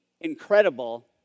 incredible